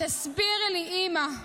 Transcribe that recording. תסבירי לי, אימא.